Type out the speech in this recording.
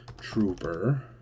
Trooper